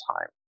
time